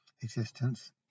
existence